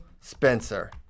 Spencer